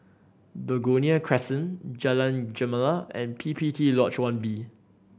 Begonia Crescent Jalan Gemala and P P T Lodge One B